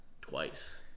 twice